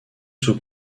sous